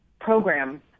program